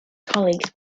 colleagues